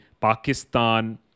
Pakistan